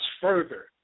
further